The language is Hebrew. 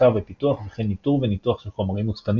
מחקר ופיתוח וכן ניטור וניתוח של חומרים מוצפנים